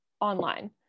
online